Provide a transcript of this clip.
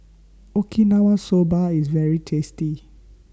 Okinawa Soba IS very tasty